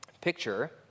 Picture